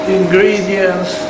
ingredients